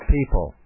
people